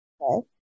Okay